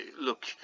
look